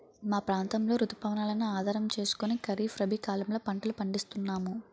మా ప్రాంతంలో రుతు పవనాలను ఆధారం చేసుకుని ఖరీఫ్, రబీ కాలాల్లో పంటలు పండిస్తున్నాము